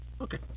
Okay